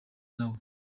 nawe